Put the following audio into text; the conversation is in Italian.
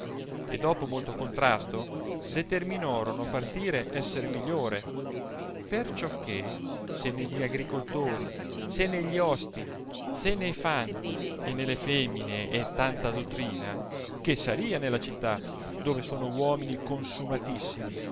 e dopo molto contrasto determinorono partire esser migliore per ciò che se ne gli agricoltori se ne gli osti se ne fanti e nelle femine è tanta dottrina che saria nella città dove sono uomini consumatissimi e